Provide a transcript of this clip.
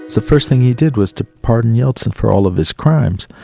the first thing he did was to pardon yeltsin for all of these crimes,